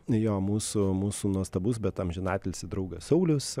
jo mūsų mūsų nuostabus bet amžinatilsį draugas saulius